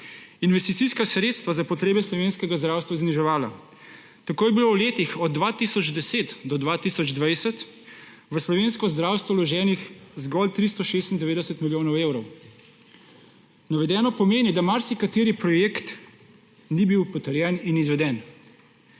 investicijska sredstva za potrebe slovenskega zdravstva zniževala. Tako je bilo v letih od 2010 do 2020 v slovensko zdravstvo vloženih zgolj 396 milijonov evrov. Navedeno pomeni, da marsikateri projekt ni bil potrjen in izveden.